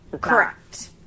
correct